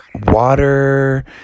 water